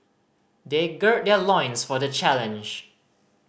they gird their loins for the challenge